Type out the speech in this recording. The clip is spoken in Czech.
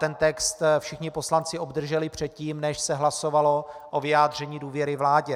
Ten text všichni poslanci obdrželi předtím, než se hlasovalo o vyjádření důvěry vládě.